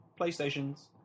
playstations